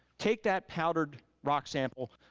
take that powdered rock sample,